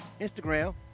Instagram